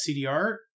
CDR